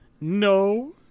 No